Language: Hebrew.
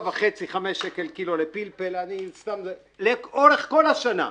4.5-5 שקל לקילו פלפל לאורך כל השנה.